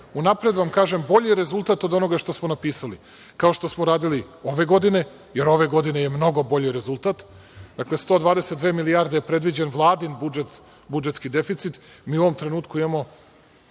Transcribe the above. unapred vam kažem, bolji rezultat od onoga što smo napisali. Kao što smo radili ove godine, jer ove godine je mnogo bolji rezultat, dakle, 122 milijarde je predviđen Vladin budžet, budžetski deficit, mi u ovom trenutku imamo